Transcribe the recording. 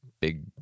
big